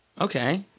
Okay